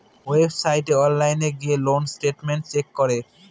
ওয়েবসাইটে অনলাইন গিয়ে loan statement check করে